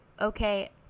Okay